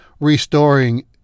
restoring